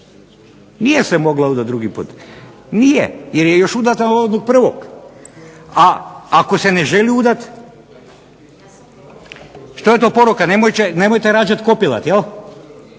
nije gotova. Nije, jer je još udata za prvog. A ako se ne želi udati? Što je to poruka? Nemojte rađati kopilad, tako